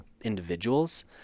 individuals